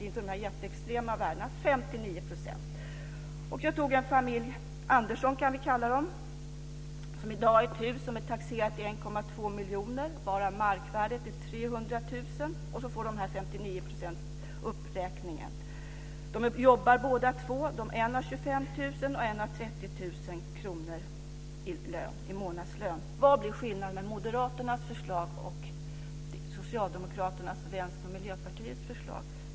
Det är inte de jätteextrema värdena, men 59 %. Jag utgick från en familj, Andersson kan vi kalla dem, som i dag har ett hus som är taxerat till 1,2 miljoner, varav markvärdet är 300 000 kr. De får 59 % uppräkning. De jobbar båda två, den ena har 25 000 kr och den andra har 30 000 kr i månadslön. Vad blir skillnaden mellan Moderaternas förslag och Socialdemokraternas, Vänsterpartiets och Miljöpartiets förslag?